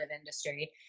industry